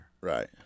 Right